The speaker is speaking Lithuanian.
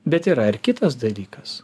bet yra ir kitas dalykas